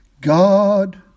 God